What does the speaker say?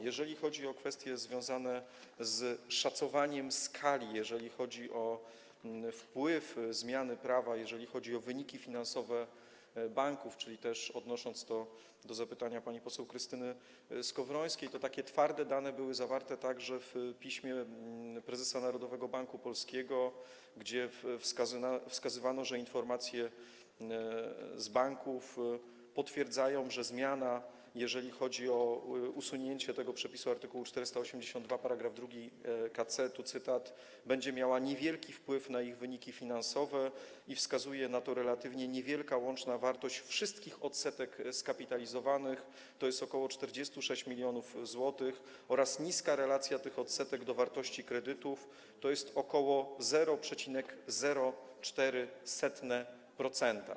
Jeżeli chodzi o kwestie związane z szacowaniem skali, jeżeli chodzi o wpływ zmiany prawa, jeżeli chodzi o wyniki finansowe banków - czyli odnoszę się też do zapytania pani poseł Krystyny Skowrońskiej - to takie twarde dane były zawarte także w piśmie prezesa Narodowego Banku Polskiego, gdzie wskazywano, że informacje z banków potwierdzają, że zmiana, jeżeli chodzi o usunięcie tego przepisu art. 482 § 2 k.c., tu cytat, będzie miała niewielki wpływ na ich wyniki finansowe i wskazuje na to relatywnie niewielka łączna wartość wszystkich odsetek skapitalizowanych, tj. ok. 46 mln zł, oraz niska relacja tych odsetek do wartości kredytu, tj. ok. 0,04%.